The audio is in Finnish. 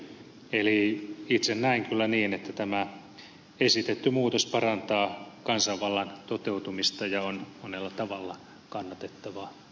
eli itse näen kyllä niin että tämä esitetty muutos parantaa kansanvallan toteutumista ja on monella tavalla kannatettava muutos